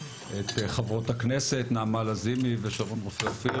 את חברות הכנסת נעמה לזימי ושרון רופא אופיר,